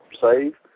save